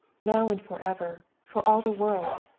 now and forever, for all the world,